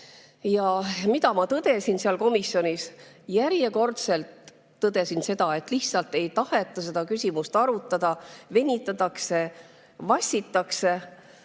Mida ma tõdesin seal komisjonis? Järjekordselt tõdesin seda, et lihtsalt ei taheta küsimust arutada, venitatakse ja vassitakse.